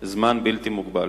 זמן בלתי מוגבל.